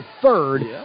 third